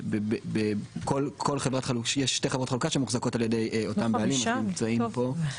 יש שתי חברות חלוקה שמוחזקות על ידי אותם בעלים שנמצאים פה,